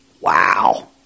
wow